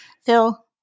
Phil